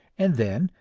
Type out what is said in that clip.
and then,